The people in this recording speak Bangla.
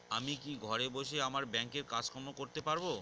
আমি কি ঘরে বসে আমার ব্যাংকের কাজকর্ম করতে পারব?